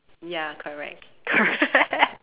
ya correct correct